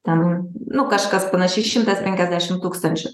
ten nu kažkas panašiai šimtas penkiasdešim tūkstančių